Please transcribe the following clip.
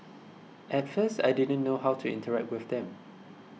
at first I didn't know how to interact with them